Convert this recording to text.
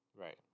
Right